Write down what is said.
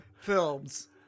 films